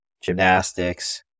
gymnastics